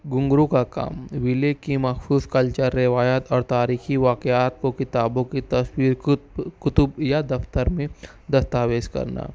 گھنگھرو کا کام ویلے کی مخصوص کلچر روایات اور تاریخی واقعات کو کتابوں کی تصویر خود کتب یا دفتر میں دستاویز کرنا